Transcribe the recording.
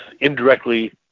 indirectly